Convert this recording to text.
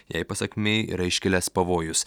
jai pasak mei yra iškilęs pavojus